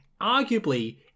arguably